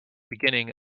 beginning